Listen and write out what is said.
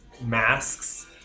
masks